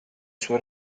suo